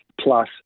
Plus